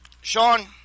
Sean